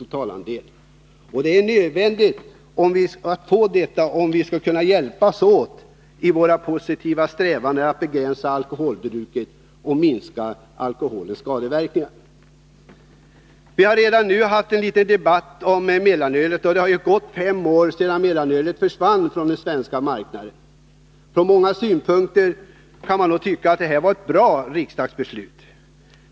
Detta är en nödvändighet om vi skall kunna hjälpas åt i våra positiva strävanden att 31 begränsa alkoholbruket och därmed minska alkoholens skadeverkningar. Vi har redan haft en liten debatt om mellanölet. Det har ju gått fem år sedan mellanölet försvann från den svenska marknaden. Från många synpunkter har det nog visat sig vara ett bra riksdagsbeslut.